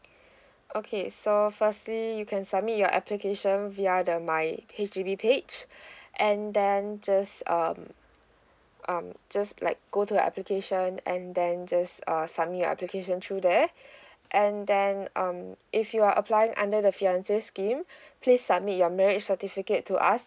okay so firstly you can submit your application via the my H_D_B page and then just um um just like go to your application and then just err submit your application through there and then um if you are applying under the fiancé scheme please submit your marriage certificate to us